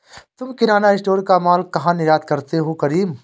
तुम किराना स्टोर का मॉल कहा निर्यात करते हो करीम?